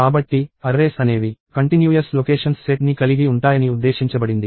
కాబట్టి అర్రేస్ అనేవి continuous locations set ని కలిగి ఉంటాయని ఉద్దేశించబడింది